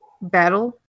battle